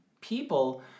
people